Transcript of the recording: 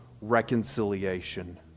reconciliation